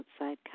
outside